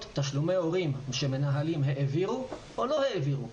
תשלומי הורים שמנהלים העבירו או לא העבירו.